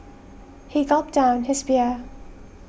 he gulped down his beer